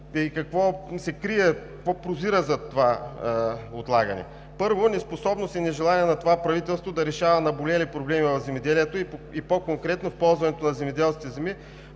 какво се крие, какво прозира зад това отлагане? Първо, неспособност и нежелание на това правителство да решава наболели проблеми в земеделието и по-конкретно в ползването на земеделските земи